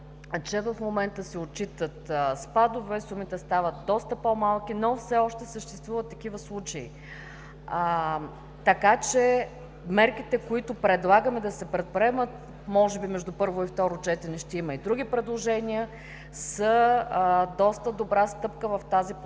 че в момента се отчитат спадове, сумите стават доста по-малки, но все още съществуват такива случаи. Мерките, които предлагаме да се предприемат – може би между първо и второ четене ще има и други предложения, са доста добра стъпка в тази посока.